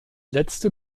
letzte